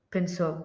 Pensò